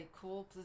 cool